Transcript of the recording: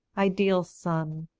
ideal son,